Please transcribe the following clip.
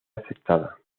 aceptada